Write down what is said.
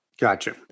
Gotcha